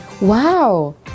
wow